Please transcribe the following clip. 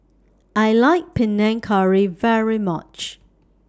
I like Panang Curry very much